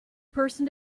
person